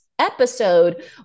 Episode